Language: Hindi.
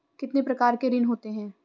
कितने प्रकार के ऋण होते हैं?